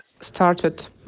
started